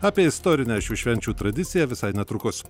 apie istorinę šių švenčių tradiciją visai netrukus